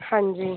ਹਾਂਜੀ